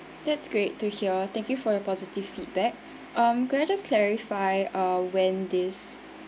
that's great to hear thank you for your positive feedback um can I just clarify uh when this